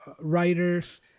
writers